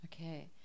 Okay